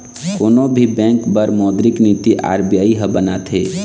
कोनो भी बेंक बर मोद्रिक नीति आर.बी.आई ह बनाथे